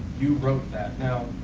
you wrote that. now